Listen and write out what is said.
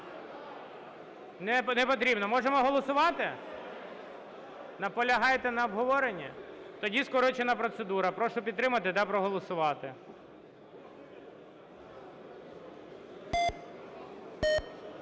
Не потрібно. Можемо голосувати? Наполягаєте на обговоренні? Тоді скорочена процедура. Прошу підтримати та проголосувати.